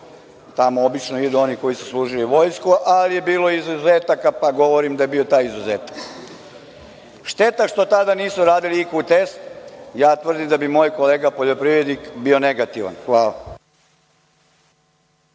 Tamo obično idu oni koji su služili vojsku, ali je bilo izuzetaka, pa govorim da je bio taj izuzetak. Šteta što tada nisu radili IQ test, tvrdim da bi moj kolega poljoprivrednik bio negativan. Hvala.